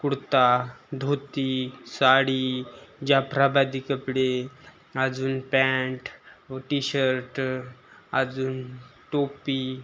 कुडता धोती साडी जाफ्राबादी कपडे अजून पँन्ट व टी शर्ट अजून टोपी